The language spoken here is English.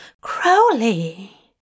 Crowley